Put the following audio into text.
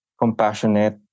compassionate